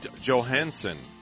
Johansson